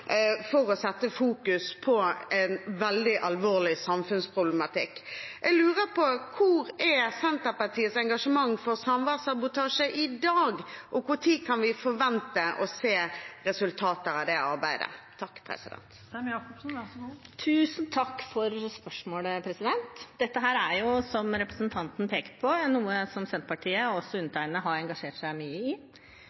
for å sette fokus på en veldig alvorlig samfunnsproblematikk. Jeg lurer på hvor Senterpartiets engasjement i samværssabotasjesaken er i dag, og når kan vi forvente å se resultater av det arbeidet?